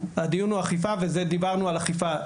הדיון הוא אכיפה, וזה דיברנו על אכיפה.